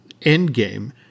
Endgame